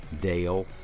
Dale